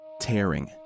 tearing